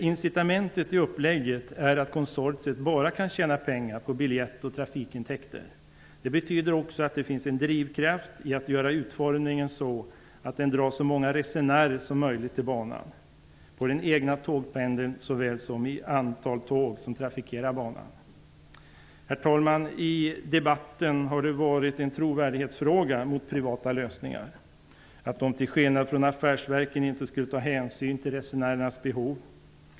Incitamentet i uppläggningen är att konsortiet kan tjäna pengar bara på biljett och trafikeringsintäkter. Det betyder också att det finns en drivkraft att göra utformningen sådan att så många resenärer som möjligt dras till banan. Detta gäller såväl beträffande den egna tågpendeln som beträffande antalet tåg som skall trafikera banan. Herr talman! I debatten har frågan om privata lösningar varit en trovärdighetsfråga. Man har menat att dessa till skillnad från affärsverken inte skulle ta hänsyn till resenärernas behov.